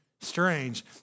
strange